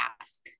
ask